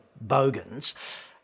bogans